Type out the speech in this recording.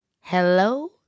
Hello